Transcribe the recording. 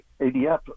ADF